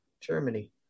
Germany